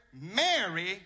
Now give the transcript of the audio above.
Mary